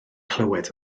clywed